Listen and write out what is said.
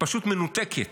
פשוט מנותקת.